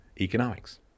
economics